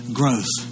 growth